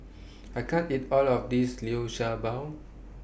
I can't eat All of This Liu Sha Bao